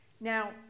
Now